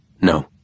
No